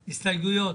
הסתייגויות?